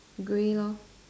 grey lah